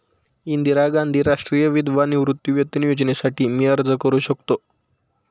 इंदिरा गांधी राष्ट्रीय विधवा निवृत्तीवेतन योजनेसाठी मी अर्ज करू शकतो?